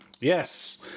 yes